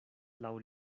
laŭ